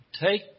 take